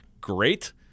great